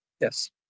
Yes